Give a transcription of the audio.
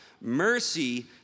Mercy